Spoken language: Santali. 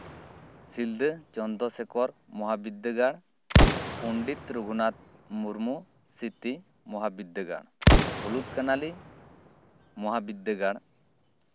ᱥᱤᱞᱫᱟᱹ ᱪᱚᱱᱫᱽᱨᱚ ᱥᱮᱠᱷᱚᱨ ᱢᱚᱦᱟ ᱵᱤᱫᱽᱫᱟᱹᱜᱟᱲ ᱯᱚᱱᱰᱤᱛ ᱨᱚᱜᱷᱩᱱᱟᱛᱷ ᱢᱩᱨᱢᱩ ᱥᱨᱤᱛᱤ ᱢᱚᱦᱟ ᱵᱤᱫᱽᱫᱟᱹᱜᱟᱲ ᱦᱩᱞᱩᱫ ᱠᱟᱱᱟᱞᱤ ᱢᱚᱦᱟ ᱵᱤᱫᱽᱫᱟᱹᱜᱟᱲ